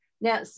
now